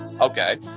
Okay